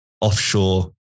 offshore